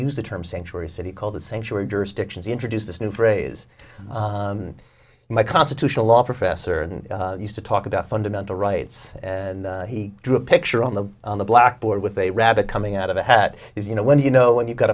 use the term sanctuary city called the sanctuary jurisdictions introduced this new phrase my constitutional law professor and used to talk about fundamental rights and he drew a picture on the blackboard with a rabbit coming out of a hat is you know when you know when you've got